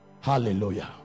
Hallelujah